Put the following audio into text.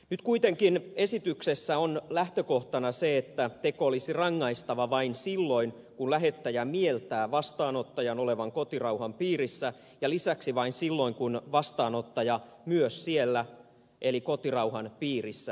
nyt kuitenkin esityksessä lähtökohtana on se että teko olisi rangaistava vain silloin kun lähettäjä mieltää vastaanottajan olevan kotirauhan piirissä ja lisäksi vain silloin kun vastaanottaja myös siellä eli kotirauhan piirissä on